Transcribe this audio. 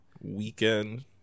weekend